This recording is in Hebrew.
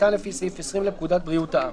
שניתן לפי סעיף 20 לפקודת בריאות העם,